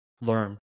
learn